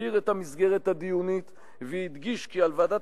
הסביר את המסגרת הדיונית והדגיש כי על ועדת